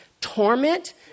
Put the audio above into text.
torment